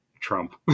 Trump